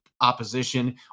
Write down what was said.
opposition